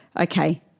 Okay